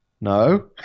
no